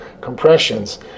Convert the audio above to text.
compressions